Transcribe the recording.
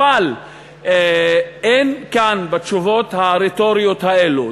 אבל אין כאן בתשובות הרטוריות האלו,